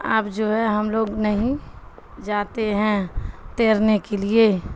آب جو ہے ہم لوگ نہیں جاتے ہیں تیرنے کے لیے